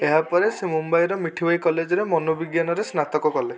ଏହାପରେ ସେ ମୁମ୍ବାଇର ମିଠିବାଇ କଲେଜ୍ରେ ମନୋବିଜ୍ଞାନରେ ସ୍ନାତକ କଲେ